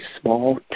small